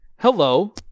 Hello